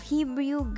Hebrew